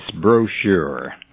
brochure